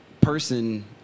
person